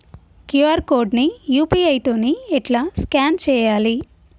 QR code ని UPI తోని ఎట్లా స్కాన్ చేయాలి?